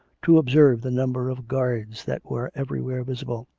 to observe the number of guards that were everywhere visible.